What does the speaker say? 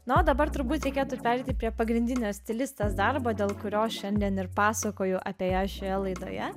na o dabar turbūt reikėtų pereiti prie pagrindinio stilistas darbo dėl kurio šiandien ir pasakoju apie ją šioje laidoje